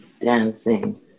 dancing